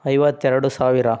ಐವತ್ತೆರಡು ಸಾವಿರ